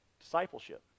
Discipleship